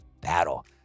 battle